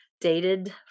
dated